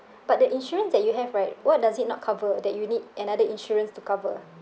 but the insurance that you have right what does it not cover that you need another insurance to cover